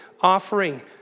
offering